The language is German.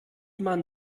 man